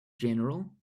general